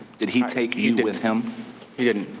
did he take you you with him? he didn't.